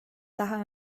daha